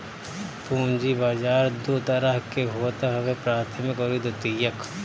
पूंजी बाजार दू तरह के होत हवे प्राथमिक अउरी द्वितीयक